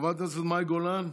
חברת הכנסת מאי גולן,